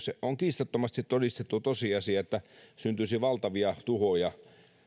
se on kiistattomasti todistettu tosiasia valtavia tuhoja